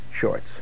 Shorts